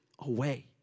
away